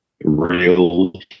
real